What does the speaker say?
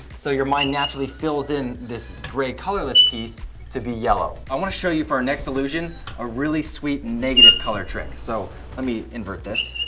so your mind naturally fills in this gray colorless piece to be yellow. i wannna show you for our next illusion a really sweet negative color trick. so let me invert this.